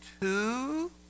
two